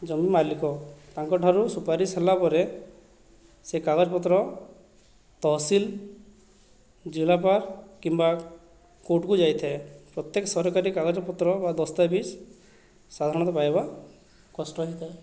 ଜମି ମାଲିକ ତାଙ୍କଠାରୁ ସୁପାରିଶ ହେଲା ପରେ ସେହି କାଗଜପତ୍ର ତହସିଲ ଜିଲ୍ଲାପାଳ କିମ୍ବା କୋର୍ଟକୁ ଯାଇଥାଏ ପ୍ରତ୍ୟେକ ସରକାରୀ କାଗଜପତ୍ର ବା ଦସ୍ତାବିଜ ସାଧାରଣତଃ ପାଇବା କଷ୍ଟ ହୋଇଥାଏ